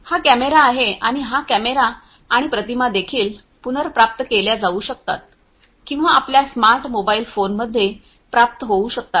हा कॅमेरा आहे आणि हा कॅमेरा आणि प्रतिमा देखील पुनर्प्राप्त केल्या जाऊ शकतात किंवा आपल्या स्मार्ट मोबाइल फोनमध्ये प्राप्त होऊ शकतात